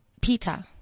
Peter